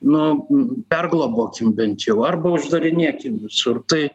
nu perglobokim bent jau arba uždarinėkim visur tai